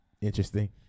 Interesting